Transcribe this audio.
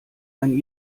ein